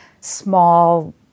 small